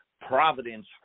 providence